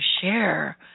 share